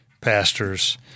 pastors